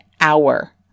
hour